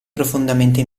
profondamente